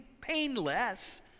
painless